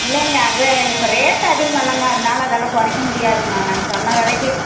இல்லைங்க அது இப்போ ரேட்டு அதிகமாக இல்லைங்க அதனால் அது எல்லாம் குறைக்க முடியாதுங்க நாங்கள் சொன்ன விலைக்கு